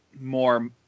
more